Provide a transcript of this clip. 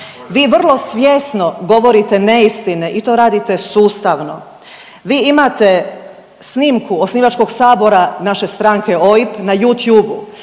Vi vrlo svjesno govorite neistine i to radite sustavno. Vi imate snimku osnivačkog sabora naše stranke OIB na Youtubu,